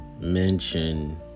mention